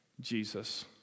Jesus